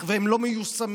אך הם לא מיושמים,